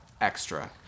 extra